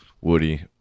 Woody